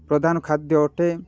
ପ୍ରଧାନ ଖାଦ୍ୟ ଅଟେ